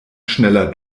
schneller